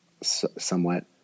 somewhat